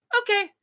okay